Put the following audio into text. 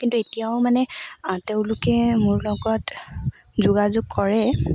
কিন্তু এতিয়াও মানে তেওঁলোকে মোৰ লগত যোগাযোগ কৰে